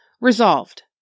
Resolved